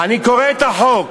אני קורא את החוק,